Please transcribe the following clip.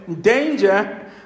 danger